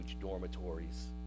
dormitories